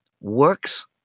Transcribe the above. works